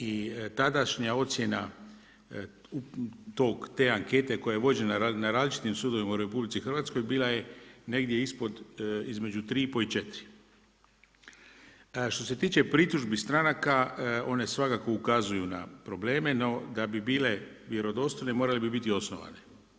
I tadašnja ocjena te ankete, koja je vođena na različitim sudovima u RH, bila je negdje ispod između 3,5 i 4. Što se tiče pritužbi stranaka, one svakako ukazuju na probleme, no, da bi bile vjerodostojne morale bi biti osnovane.